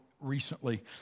recently